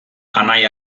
anai